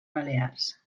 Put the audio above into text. balears